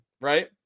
right